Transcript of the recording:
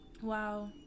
Wow